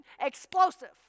Explosive